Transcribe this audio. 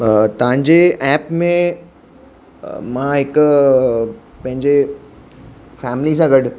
तव्हांजे ऐप में मां हिकु पंहिंजे फैमिली सां गॾु